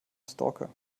stalker